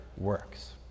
Works